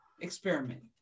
experiment